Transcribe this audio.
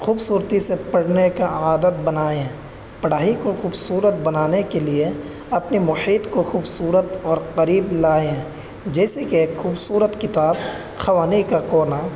خوبصورتی سے پڑھنے کا عادت بنائیں پڑھائی کو خوبصورت بنانے کے لیے اپنے محیط کو خوبصورت اور قریب لائیں جیسے کہ ایک خوبصورت کتاب خانے کا کونا